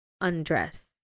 undress